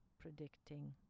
predicting